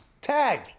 tag